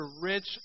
rich